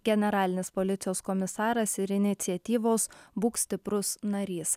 generalinis policijos komisaras ir iniciatyvos būk stiprus narys